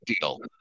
deal